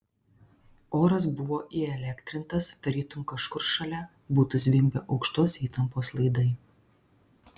oras buvo įelektrintas tarytum kažkur šalia būtų zvimbę aukštos įtampos laidai